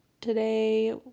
today